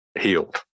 healed